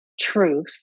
truth